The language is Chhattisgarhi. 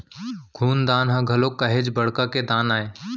खून दान ह घलोक काहेच बड़का के दान आय